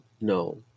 no